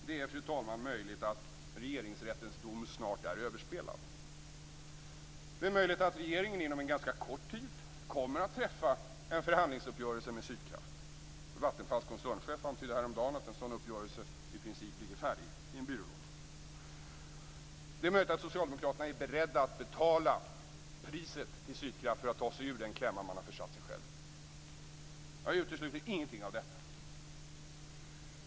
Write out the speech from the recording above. Det är möjligt, fru talman, att Regeringsrättens dom snart är överspelad. Det är möjligt att regeringen inom en ganska kort tid kommer att träffa en förhandlingsuppgörelse med Sydkraft. Vattenfalls koncernchef antydde häromdagen att en sådan i princip ligger färdig i en byrålåda. Det är möjligt att socialdemokraterna är beredda att betala priset till Sydkraft för att ta sig ur den klämma som man försatt sig själv i. Jag utesluter ingenting av detta.